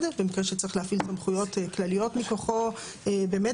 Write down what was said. במקרה שצריך להפעיל סמכויות כלליות מכוחו - זה